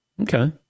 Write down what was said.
Okay